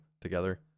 together